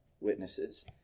witnesses